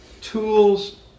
Tools